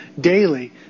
daily